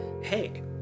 hey